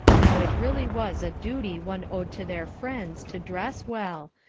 now it really was a duty one owed to their friends, to dress well,